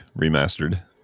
Remastered